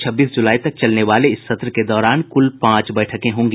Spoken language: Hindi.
छब्बीस जुलाई तक चलने वाले इस सत्र के दौरान कुल पांच बैठकें होंगी